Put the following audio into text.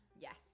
Yes